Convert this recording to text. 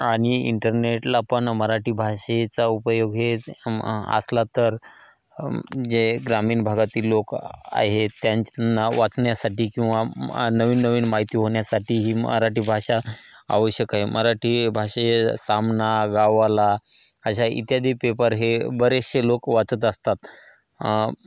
आणि इंटरनेटला पण मराठी भाषेचा उपयोग हे आ असला तर जे ग्रामीण भागातील लोक आहेत त्यांना वाचण्यासाठी किंवा नवीन नवीन माहिती होण्यासाठी ही मराठी भाषा आवश्यक आहे मराठी भाषे सामना गावाला अशा इत्यादी पेपर हे बरेचशे लोक वाचत असतात